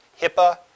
HIPAA